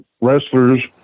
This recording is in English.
wrestlers